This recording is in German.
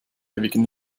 ewigen